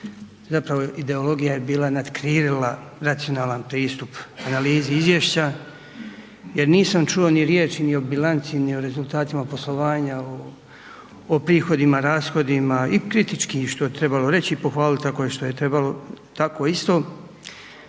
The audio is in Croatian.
zapravo ideologija je bila natkrilila racionalan pristup analizi izvješća jer nisam čuo ni riječi ni o bilanci ni o rezultatima poslovanja, o prihodima, rashodima i kritički što bi trebalo reći i pohvaliti što je trebalo tako isto.